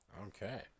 Okay